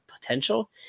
potential